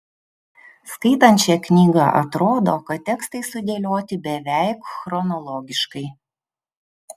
skaitant šią knygą atrodo kad tekstai sudėlioti beveik chronologiškai